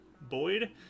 Boyd